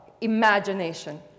imagination